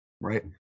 right